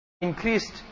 increased